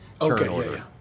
Okay